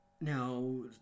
now